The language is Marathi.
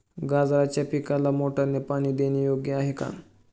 गाजराच्या पिकाला मोटारने पाणी देणे योग्य आहे का?